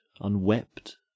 unwept